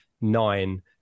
nine